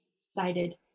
Cited